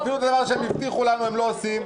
אפילו הדבר שהם הבטיחו לנו הם לא עושים.